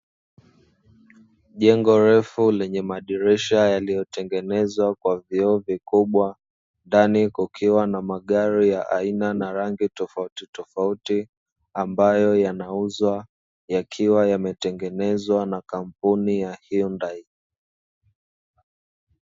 Jengo refu lenye madirisha yaliyotengenezwa kwa vioo vikubwa, ndani kukiwa na magari aina na rangi tofauti tofauti, ambayo yanauzwa yakiwa yametengenezwa na Kampuni ya "HYUNDAI".